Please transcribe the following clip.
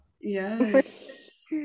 Yes